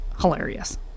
hilarious